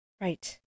Right